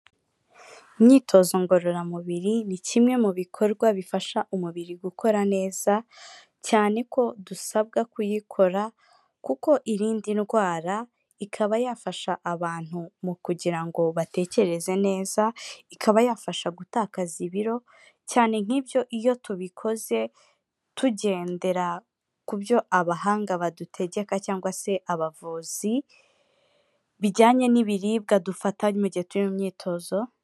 Imyitozo ngororamubiri ni kimwe mu bikorwa bifasha umubiri gukora neza, cyane ko dusabwa kuyikora kuko irinda ndwara, ikaba yafasha abantu mu kugira ngo batekereze neza ikaba yafasha gutakaza ibiro, cyane nk'ibyo iyo tubikoze tugendera ku byo abahanga badutegeka cyangwa se abavuzi, bijyanye n'ibiribwa dufata mu gihe turi mu myitozo,